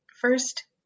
first